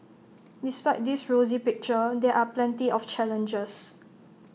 despite this rosy picture there are plenty of challenges